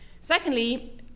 Secondly